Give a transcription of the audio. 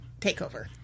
takeover